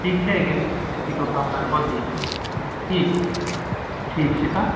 ठीक छै बेसीके कम तम कऽ दिऔ ठीक ठीक छै तऽ